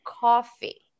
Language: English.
coffee